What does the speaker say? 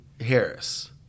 Harris